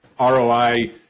ROI